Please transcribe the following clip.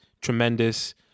tremendous